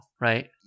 right